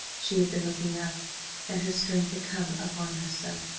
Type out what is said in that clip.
she had been looking up and her strength had come upon her so.